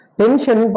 tension